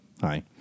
Hi